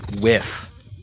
whiff